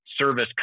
service